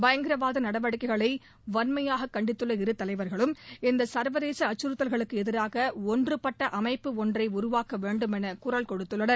பயங்கரவாத நடவடிக்கைகளை வன்மையாக கண்டித்துள்ள இருதலைவர்களும் இந்த சள்வதேச அச்கறுத்தல்களுக்கு எதிராக ஒன்றுபட்ட அமைப்பு ஒன்றை உருவாக்க வேண்டுமென குரல் கொடுத்துள்ளனர்